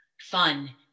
fun